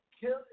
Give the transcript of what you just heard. kill